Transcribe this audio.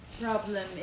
problem